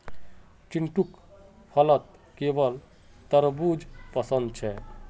चिंटूक फलत केवल तरबू ज पसंद छेक